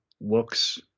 looks